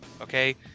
Okay